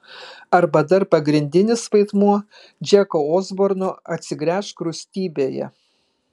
arba dar pagrindinis vaidmuo džeko osborno atsigręžk rūstybėje